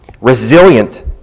resilient